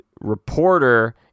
reporter